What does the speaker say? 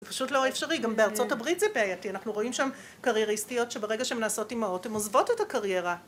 זה פשוט לא אפשרי, גם בארצות הברית זה בעייתי, אנחנו רואים שם קרייריסטיות שברגע שהן נעשות אימהות הן עוזבות את הקריירה